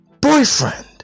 boyfriend